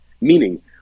meaning